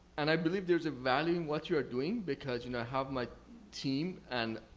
and i believe there's a value in what you're doing because and i have my team and